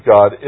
God